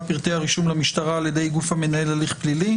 פרטי הרישום למשטרה על ידי גוף המנהל הליך פלילי),